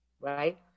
right